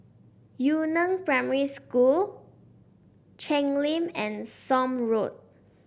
Yu Neng Primary School Cheng Lim and Somme Road